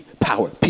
power